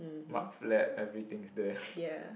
mudflat everything's there